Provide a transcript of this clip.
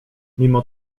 mimo